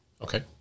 okay